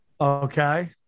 Okay